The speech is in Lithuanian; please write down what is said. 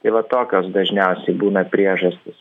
tai va tokios dažniausiai būna priežastys